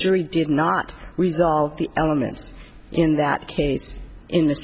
jury did not resolve the elements in that case in th